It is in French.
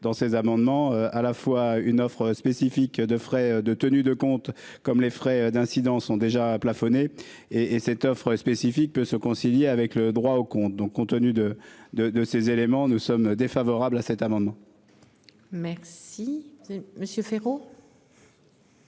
dans ces amendements à la fois une offre spécifique de frais de tenue de compte comme les frais d'incidents sont déjà plafonnées et et cette offre spécifique peut se concilier avec le droit au compte, donc compte tenu de de de ces éléments nous sommes défavorables à cet amendement. Merci Monsieur Féraud.